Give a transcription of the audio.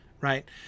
Right